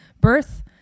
birth